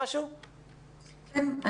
כן.